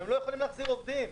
הם לא יכולים להחזיר עובדים.